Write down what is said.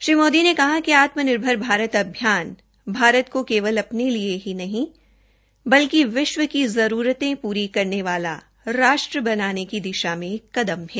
श्री मोदी ने कहाकि आत्मनिर्भर भारत अभियान भारत को केवल अपने लिए ही नहीं बल्कि विष्व की जरूरते पूरी करने वाला राष्ट्र बनाने की दिषा में एक कदम है